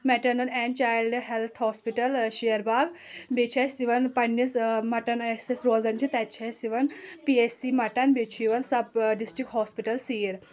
maternal and child health hospital Sher Bagh بیٚیہِ چھِ اسہِ یِوان پننس مٹن أسۍ ییٚتہِ روزان چھِ تتہِ چھِ اسہِ یِوان پی اٮ۪س سی مٹن بیٚیہِ چھ یِوان سب ڈسٹرک ہاسپٹل سیٖر